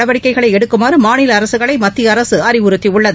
நடவடிக்கைகளை எடுக்குமாறுமாநில அரசுகளை மத்திய அரசு அறிவுறுத்தியுள்ளது